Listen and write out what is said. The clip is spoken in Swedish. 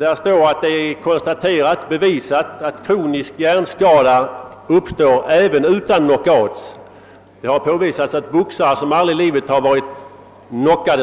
Enligt utredningen har det bevisats att kronisk hjärnskada uppstår även utan knockout, och det har påvisats att boxare som aldrig varit,